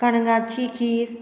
कणगाची खीर